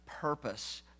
purpose